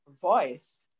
voice